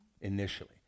initially